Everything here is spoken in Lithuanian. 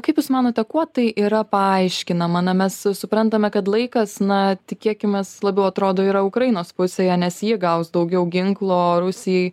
kaip jūs manote kuo tai yra paaiškinama na mes suprantame kad laikas na tikėkimės labiau atrodo yra ukrainos pusėje nes ji gaus daugiau ginklų o rusijai